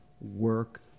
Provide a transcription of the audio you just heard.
work